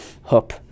hook